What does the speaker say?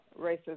racism